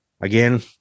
Again